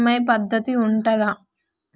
EMI పద్ధతి ఉంటదా?